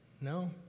No